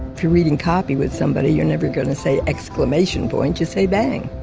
if you're reading copy with somebody you're never going to say exclamation point you say bang!